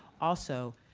also,